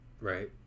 Right